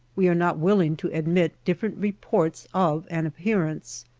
we are not willing to admit different reports of an appearance.